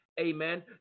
amen